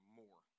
more